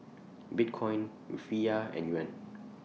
Bitcoin Rufiyaa and Yuan